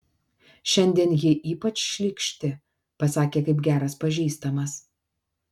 šiandien ji ypač šlykšti pasakė kaip geras pažįstamas